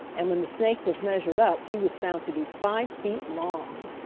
and when the snake was measured up he was found to be five feet long!